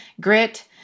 grit